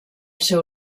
seu